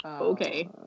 Okay